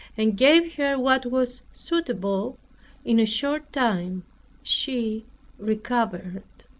and gave her what was suitable in a short time she recovered.